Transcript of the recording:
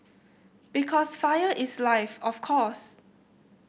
because fire is life of course